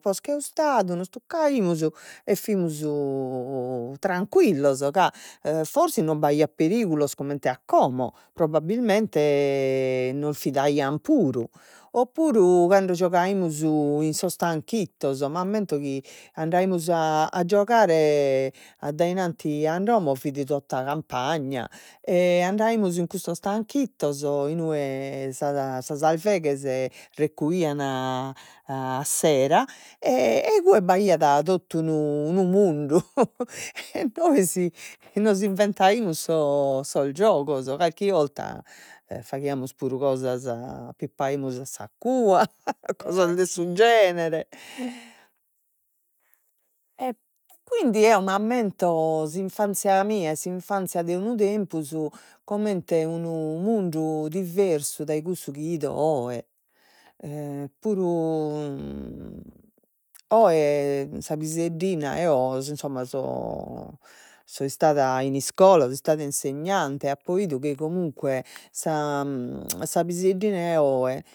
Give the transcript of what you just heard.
posca 'e 'ustadu nos tuccaimus e fimus tranquillos, ca forsis non b'aiat perigulos comente a como probbabbilmente nos fidaian puru o puru cando giogaimus in sos tanchittos m'ammento chi andaimus giogare addainanti an domo fit tota campagna e andaimus in custos tanchittos, inue sas sas 'alveghes recuian sera, e igue b'ìaiat totu unu unu mundu, e nois nos inventaimus sos sos giogos, calchi 'orta faghiamus puru cosas pippaimus a sa cua cosas de su genere, e quindi eo m'ammento s'infanzia mia e s'infanzia de unu tempus, comente unu mundu diversu dai custu chi 'ido oe e oe, sa piseddina eo insomma so istada in iscola so istada insegnante apo 'idu chi comunque sa piseddina 'e oe